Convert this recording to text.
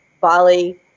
Bali